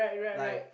like